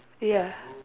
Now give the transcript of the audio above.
ya